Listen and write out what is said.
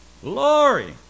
Glory